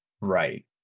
Right